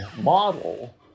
model